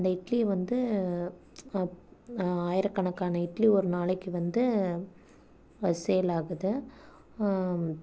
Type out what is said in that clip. அந்த இட்லி வந்து ஆயிரக்கணக்கான இட்லி ஒரு நாளைக்கு வந்து சேல் ஆகுது